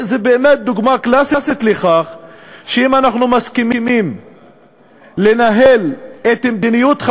הרי עיקר הטיעונים שאנחנו מעלים בדרך כלל בביקורת שלנו